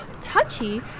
Touchy